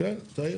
כן, תעיר.